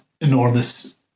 enormous